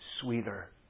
sweeter